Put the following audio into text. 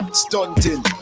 stunting